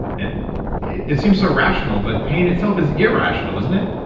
and it it seems so rational, but pain itself is irrational, isn't it?